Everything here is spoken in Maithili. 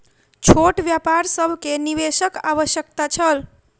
छोट व्यापार सभ के निवेशक आवश्यकता छल